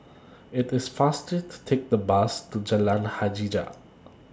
IT IS faster to Take The Bus to Jalan Hajijah